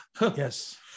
Yes